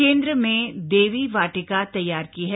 केंद्र में देवी वाटिका तैयार की है